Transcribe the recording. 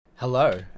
Hello